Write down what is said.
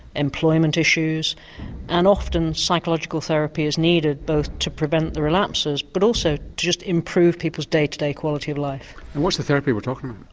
employment issues and often psychological therapy is needed both to prevent the relapses but also to just improve people's day to day quality of life. what's the therapy we're talking about?